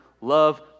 love